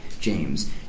James